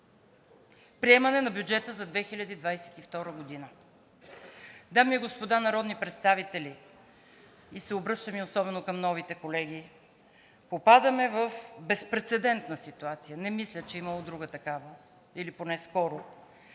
приемане на бюджета за 2022 г. Дами и господа народни представители, и се обръщам особено и към новите колеги: попадаме в безпрецедентна ситуация, не мисля, че е имало друга такава или поне скоро